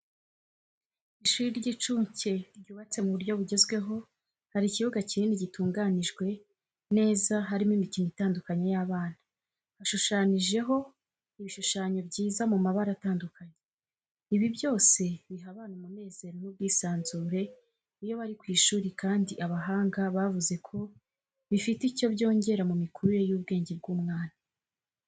ishuri ry'incuke ryubatse mu buryo bugezweho, hari ikibuga kinini gitunganijwe neza kirimo imikino itandukanye y'abana. Hashushanijeho ibishushanyo byiza mu mabara atandukanye, ibi byose biha abana umunezero n'ubwisanzure iyo bari ku ishuri kandi abahanga bavuze ko bifite icyo byongera mu mikurire y'ubwenge bw'umwana.